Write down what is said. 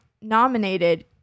nominated